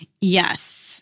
Yes